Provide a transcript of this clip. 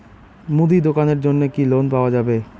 মুদি দোকানের জন্যে কি লোন পাওয়া যাবে?